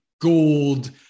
gold